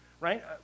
right